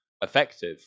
effective